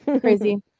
crazy